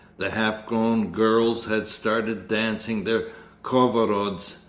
the half-grown girls had started dancing their khorovods,